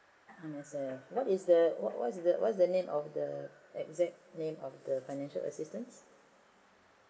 M_S_F what is the what's the what's the name the exact name of the financial assistance